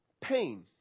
pain